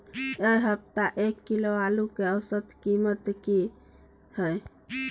ऐ सप्ताह एक किलोग्राम आलू के औसत कीमत कि हय?